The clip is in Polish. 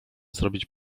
zrobić